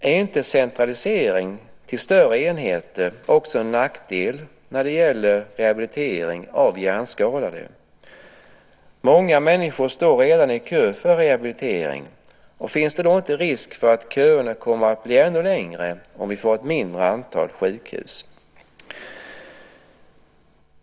Är inte centralisering till större enheter också en nackdel när det gäller rehabilitering av hjärnskadade? Många människor står redan i kö för rehabilitering. Finns det då inte risk för att köerna kommer att bli ännu längre om vi får ett mindre antal sjukhus?